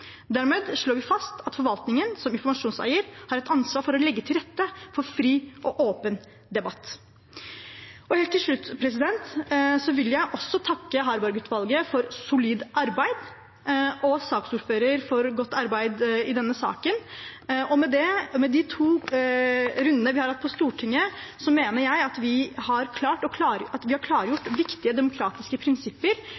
Dermed slår vi fast at forvaltningen som informasjonseier har et ansvar for å legge til rette for fri og åpen debatt. Helt til slutt vil jeg takke Harberg-utvalget for solid arbeid og saksordføreren for godt arbeid i denne saken. Med de to rundene vi har hatt på Stortinget, mener jeg at vi har klargjort viktige demokratiske prinsipper, som stort sett en samlet komité, et samlet storting, har